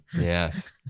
Yes